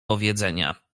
powiedzenia